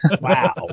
Wow